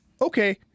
Okay